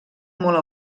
molt